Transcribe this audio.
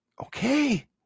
okay